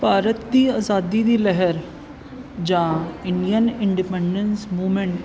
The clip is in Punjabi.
ਭਾਰਤ ਦੀ ਆਜ਼ਾਦੀ ਦੀ ਲਹਿਰ ਜਾਂ ਇੰਡੀਅਨ ਇੰਡੀਪੈਂਡੈਂਸ ਮੂਵਮੈਂਟ